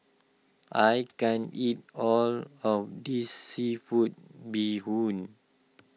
I can't eat all of this Seafood Bee Hoon